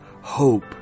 hope